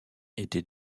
était